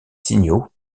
signaux